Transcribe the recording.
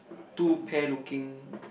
two pear looking